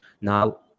now